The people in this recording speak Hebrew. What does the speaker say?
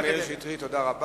חבר הכנסת מאיר שטרית, תודה רבה.